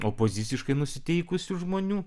opoziciškai nusiteikusių žmonių